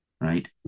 right